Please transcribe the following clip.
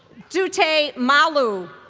dooter malu,